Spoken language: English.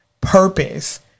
purpose